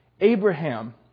Abraham